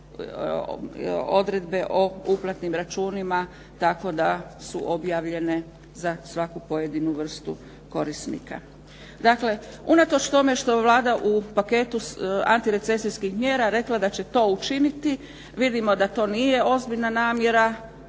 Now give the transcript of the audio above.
odredbe o uplatnim računima, tako da su objavljene za svaku pojedinu vrstu korisnika. Dakle, unatoč tome što je Vlada u paketu antirecesijskih mjera da će to učiniti, vidimo da to nije ozbiljna namjera